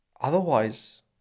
otherwise